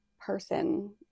person